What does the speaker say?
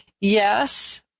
Yes